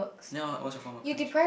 then what's your form of punishment